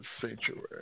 Sanctuary